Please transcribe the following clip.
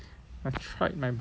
I tried my best